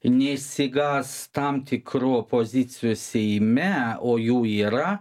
neišsigąs tam tikrų pozicijų seime o jų yra